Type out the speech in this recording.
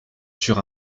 sur